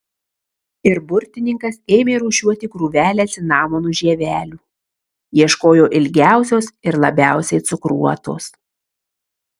ir burtininkas ėmė rūšiuoti krūvelę cinamonų žievelių ieškojo ilgiausios ir labiausiai cukruotos